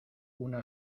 una